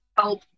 help